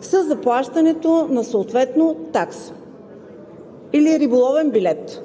с доплащането съответно на такса или риболовен билет.